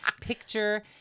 picture